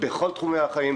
בכל תחומי החיים,